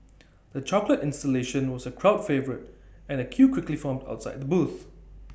the chocolate installation was A crowd favourite and A queue quickly formed outside the booth